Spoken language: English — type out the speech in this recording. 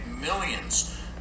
millions